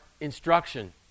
instruction